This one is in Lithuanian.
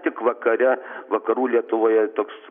tik vakare vakarų lietuvoje toks